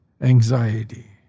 anxiety